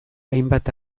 hainbat